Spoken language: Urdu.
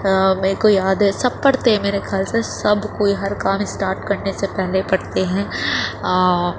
میرے کو یاد ہے سب پڑھتے ہیں میرے گھر سے سب کوئی ہر کام اسٹارٹ کرنے سے پہلے پڑھتے ہیں